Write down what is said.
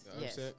yes